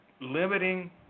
limiting